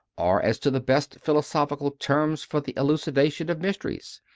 or as to the best philosophical terms for the elucidation of mysteries,